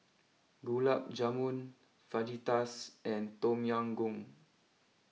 Gulab Jamun Fajitas and Tom Yum Goong